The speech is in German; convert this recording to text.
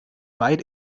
weit